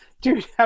dude